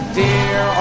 dear